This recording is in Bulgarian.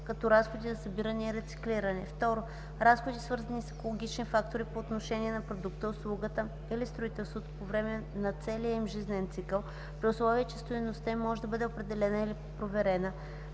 като разходи за събиране и рециклиране; 2. разходи, свързани с екологични фактори по отношение на продукта, услугата или строителството по време на целия им жизнен цикъл, при условие че стойността им може да бъде определена и проверена;